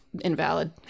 invalid